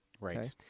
Right